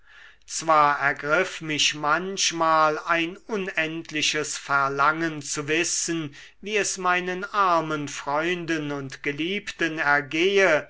zwar ergriff mich manchmal ein unendliches verlangen zu wissen wie es meinen armen freunden und geliebten ergehe